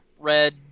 Red